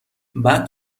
بعد